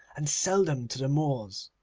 and sell them to the moors.